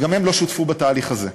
וגם הם לא שותפו בתהליך הזה,